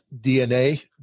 DNA